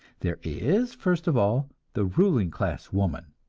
there is, first of all, the ruling class woman.